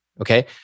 Okay